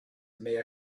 may